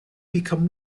become